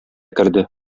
керде